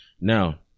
Now